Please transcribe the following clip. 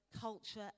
culture